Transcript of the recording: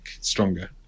stronger